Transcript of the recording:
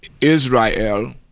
Israel